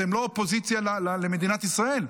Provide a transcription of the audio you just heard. אתם לא אופוזיציה למדינת ישראל.